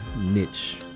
niche